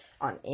on